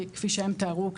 כפי שהם תיארו,